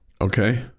Okay